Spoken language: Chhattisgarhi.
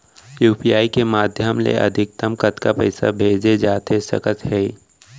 यू.पी.आई के माधयम ले अधिकतम कतका पइसा भेजे जाथे सकत हे?